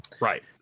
right